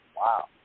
wow